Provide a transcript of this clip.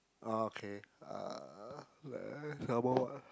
oh okay uh eh some more what